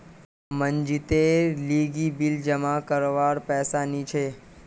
मनजीतेर लीगी बिल जमा करवार पैसा नि छी